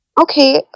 Okay